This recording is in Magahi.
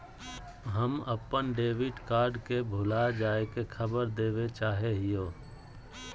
हम अप्पन डेबिट कार्ड के भुला जाये के खबर देवे चाहे हियो